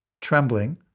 trembling